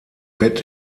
bett